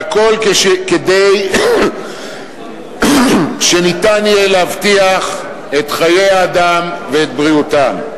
והכול כדי שיהיה אפשר להבטיח את חיי האדם ואת בריאותם,